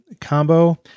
combo